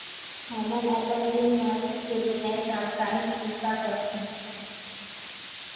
हमन अपन ऋण मासिक के बजाय साप्ताहिक चुकता करथों